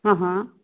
हां हां